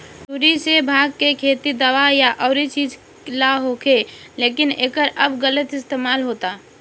सुरु से भाँग के खेती दावा या अउरी चीज ला होखे, लेकिन एकर अब गलत इस्तेमाल होता